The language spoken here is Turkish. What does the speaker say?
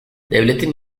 devletin